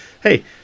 Hey